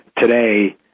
today